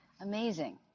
amazing